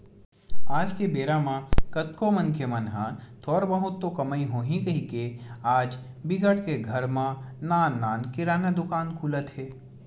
आज के बेरा म कतको मनखे मन ह थोर बहुत तो कमई होही कहिके आज बिकट के घर म नान नान किराना दुकान खुलत हे